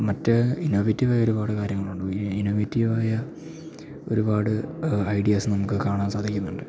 മറ്റേ ഇന്നൊവേറ്റീവായൊര്പാട് കാര്യങ്ങളൊണ്ട് ഈ ഇന്നൊവേറ്റീവായ ഒരുപാട് ഐഡ്യാസ് നമുക്ക് കാണാൻ സാധിക്കുന്നുണ്ട്